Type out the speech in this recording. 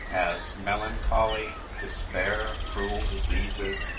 as melancholy, despair, cruel diseases,